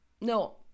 No